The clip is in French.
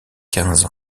quinze